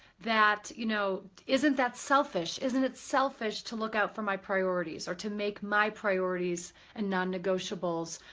that, you know, isn't that selfish? isn't it selfish to look out for my priorities, or to make my priorities and non-negotiables,